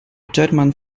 german